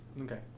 Okay